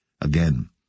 Again